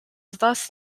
thus